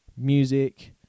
Music